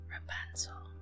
Rapunzel